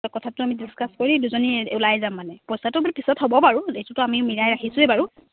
ত কথাটো আমি ডিছকাছ কৰি দুজনী ওলাই যাম মানে পইচাটো ব পিছত হ'ব বাৰু এইটো আমি মিলাই ৰাখিছোঁয়েই বাৰু